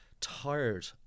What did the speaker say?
tired